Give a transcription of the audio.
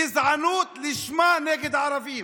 גזענות לשמה נגד ערבים.